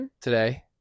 today